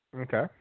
Okay